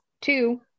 Two